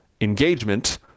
engagement